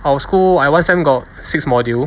our school I one sem got six modules